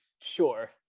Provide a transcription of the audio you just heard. Sure